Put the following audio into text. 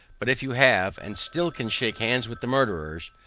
but if you have, and still can shake hands with the murderers,